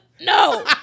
No